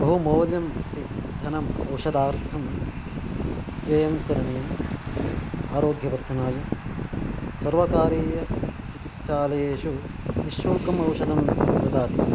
बहुमौल्यम् अपि धनम् औषधार्थं व्ययं करणीयम् आरोग्यवर्धनाय सर्वकारीय चिकित्सालयेषु निःशुल्कम् औषधं ददाति